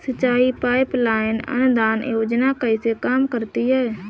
सिंचाई pipeline अनुदान योजना कैसे काम करती है?